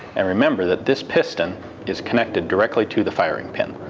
and remember that this piston is connected directly to the firing pin.